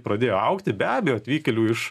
pradėjo augti be abejo atvykėlių iš